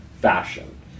fashion